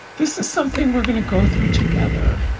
this is something we're going to go through together.